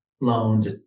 loans